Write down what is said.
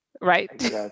right